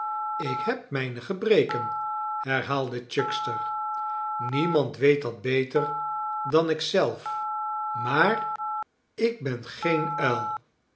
ik heb mijne gebreken herhaalde chuckster niemand weet dat beter dan ik zelf maar ik ben geen uil